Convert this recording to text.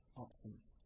options